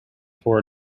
four